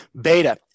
Beta